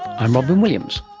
i'm robyn williams.